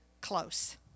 close